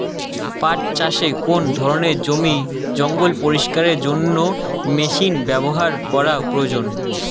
পাট চাষে কোন ধরনের জমির জঞ্জাল পরিষ্কারের জন্য মেশিন ব্যবহার করা প্রয়োজন?